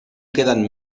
queden